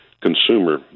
consumer